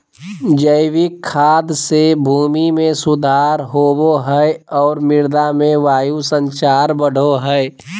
जैविक खाद से भूमि में सुधार होवो हइ और मृदा में वायु संचार बढ़ो हइ